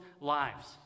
lives